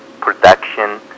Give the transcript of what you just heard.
Production